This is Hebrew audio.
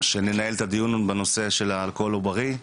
שננהל את הדיון בנושא האלכוהול העוברי.